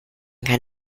kann